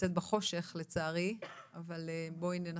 אבל אני חברת סגל באוניברסיטת בן גוריון,